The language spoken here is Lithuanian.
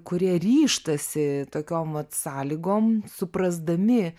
kurie ryžtasi tokiom vat sąlygom suprasdami